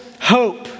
hope